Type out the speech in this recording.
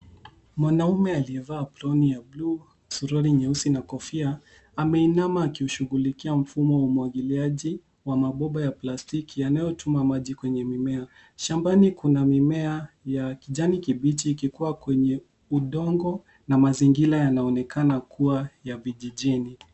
Mwanaume aliyevaa aproni ya blue , suruali nyeusi, na kofia, ameinama akiushughulikia mfumo wa umwagiiaji wa mabomba ya plastiki yanayotuma maji kwenye mimea. Shambani kuna mimea ya kijani kibichi ikikua kwenye udongo, na mazingira yanaonekana kua ya vijijini.